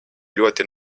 ļoti